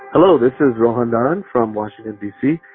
hello, this is roh and hanan from washington d c.